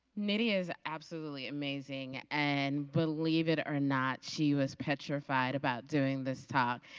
media is absolutely amazing, and believe it or not, she was petrified about doing this talk.